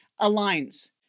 aligns